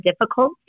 difficult